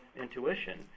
intuition